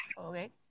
Okay